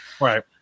Right